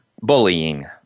Bullying